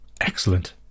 excellent